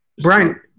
Brian